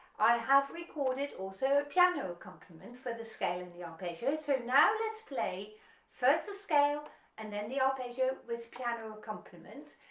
i have recorded also a piano accompaniment for the scale in the arpeggio, so now let's play first the scale and then the arpeggio with piano accompaniment,